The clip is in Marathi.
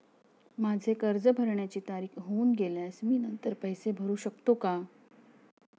माझे कर्ज भरण्याची तारीख होऊन गेल्यास मी नंतर पैसे भरू शकतो का?